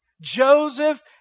Joseph